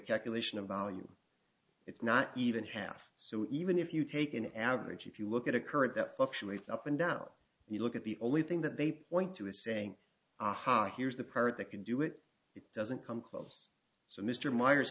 calculation of volume it's not even half so even if you take an average if you look at a current that fluctuates up and down and you look at the only thing that they point to a saying aha here's the part that can do it it doesn't come close to mr meyers